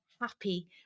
happy